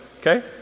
Okay